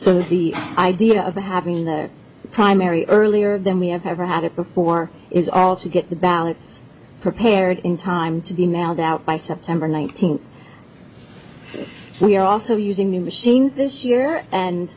so the idea of having the primary earlier than we have ever had it before is all to get the ballots prepared in time to the now doubt by september nineteenth we're also using the machines this year and